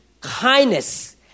kindness